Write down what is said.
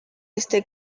este